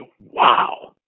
wow